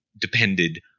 depended